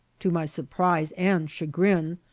to my surprise and chagrin,